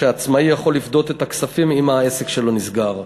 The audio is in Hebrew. כשעצמאי יכול לפדות את הכספים אם העסק שלו נסגר.